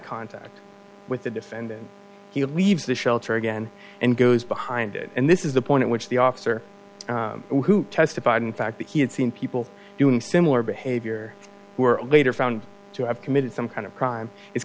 contact with the defendant he leaves the shelter again and goes behind it and this is the point at which the officer who testified in fact that he had seen people doing similar behavior who were later found to have committed some kind of crime is